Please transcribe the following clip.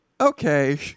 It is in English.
okay